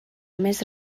més